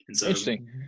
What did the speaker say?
Interesting